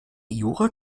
jure